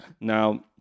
Now